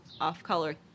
off-color